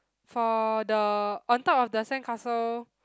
for the on top of the sandcastle